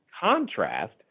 contrast